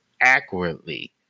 accurately